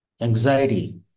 anxiety